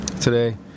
today